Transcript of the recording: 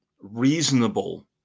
reasonable